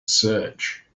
search